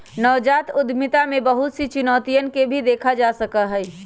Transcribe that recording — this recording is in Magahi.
नवजात उद्यमिता में बहुत सी चुनौतियन के भी देखा जा सका हई